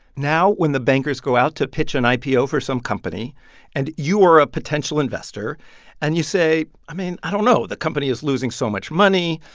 now when the bankers go out to pitch an ipo for some company and you are a potential investor and you say, i mean, i don't know. the company is losing so much money.